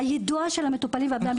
יידוע המטופלים ובני המשפחות הוא קריטי.